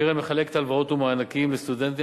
הקרן מחלקת הלוואות ומענקים לסטודנטים